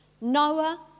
Noah